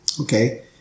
Okay